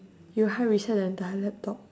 you hard reset the entire laptop